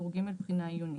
טור ג', בחינה מעשית.